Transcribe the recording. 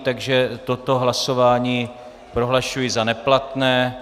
Takže toto hlasování prohlašuji za neplatné.